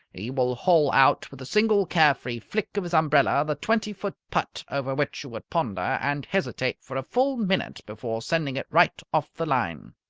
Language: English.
he will hole out with a single care-free flick of his umbrella the twenty-foot putt over which you would ponder and hesitate for a full minute before sending it right off the line.